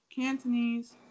Cantonese